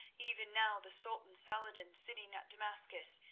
even now the sultan saladin, sitting at damascus,